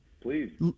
please